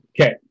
Okay